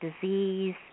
disease